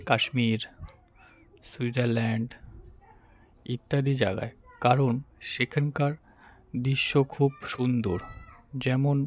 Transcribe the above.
Kashmir Switzerland ইত্যাদি জায়গায় কারণ সেখানকার দৃশ্য খুব সুন্দর যেমন